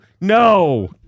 no